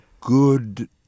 good